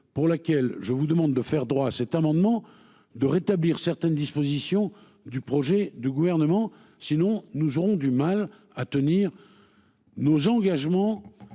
pour laquelle je vous demande de faire droit à cet amendement de rétablir certaines dispositions du projet du gouvernement, sinon nous aurons du mal à tenir. Nos engagements